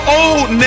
old